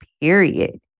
period